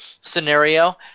scenario